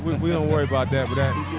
we don't worry about